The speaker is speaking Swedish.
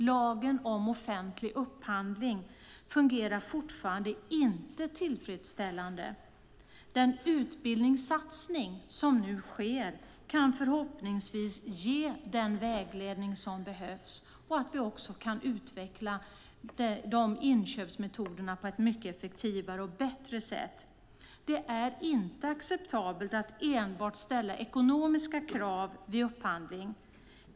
Lagen om offentlig upphandling fungerar fortfarande inte tillfredsställande. Den utbildningssatsning som nu sker kan förhoppningsvis ge den vägledning som behövs för att vi ska kunna utveckla de inköpsmetoderna på ett mycket effektivare och bättre sätt. Det är inte acceptabelt att enbart ställa ekonomiska krav vid upphandling.